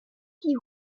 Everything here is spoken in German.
die